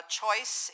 choice